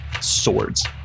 swords